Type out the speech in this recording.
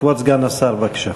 כבוד סגן השר, בבקשה.